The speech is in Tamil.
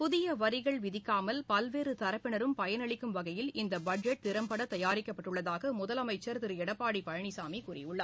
புதிய வரிகள் விதிக்காமல் பல்வேறு தரப்பினரும் பயனளிக்கும் வகையில் இந்த பட்ஜெட் திறம்பட தயாரிக்கப்பட்டுள்ளதாக முதலமைச்சர் திரு எடப்பாடி பழனிசாமி கூறியுள்ளார்